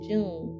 June